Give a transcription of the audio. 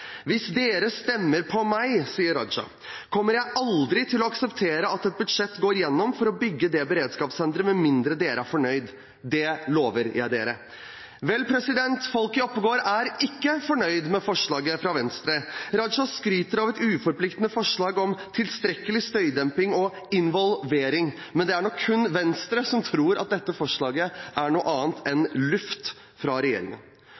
Hvis dere stemmer på meg, sa Raja, kommer jeg aldri til å akseptere at et budsjett går gjennom for å bygge det beredskapssenteret med mindre dere er fornøyd. Det lover jeg dere. Vel, folk i Oppegård er ikke fornøyd med forslaget fra Venstre. Raja skryter av et uforpliktende forslag om tilstrekkelig støydemping og involvering, men det er nå kun Venstre som tror at dette forslaget er noe annet enn luft fra regjeringen.